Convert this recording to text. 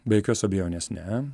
be jokios abejonės ne